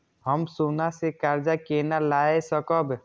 हम सोना से कर्जा केना लाय सकब?